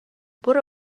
برو